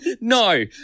No